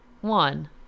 one